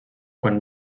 quan